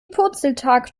purzeltag